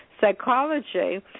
psychology